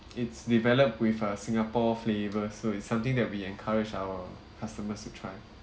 it's developed with a singapore flavour so it's something that we encourage our customers to try